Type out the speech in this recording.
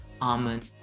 almond